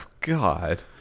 God